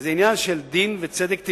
זה עניין של דין וצדק טבעי,